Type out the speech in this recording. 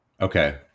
Okay